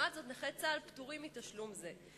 נכי צה''ל פטורים מתשלום זה.